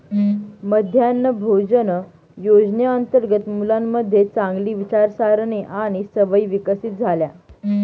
मध्यान्ह भोजन योजनेअंतर्गत मुलांमध्ये चांगली विचारसारणी आणि सवयी विकसित झाल्या